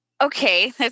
Okay